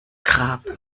grab